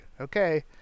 okay